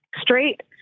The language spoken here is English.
straight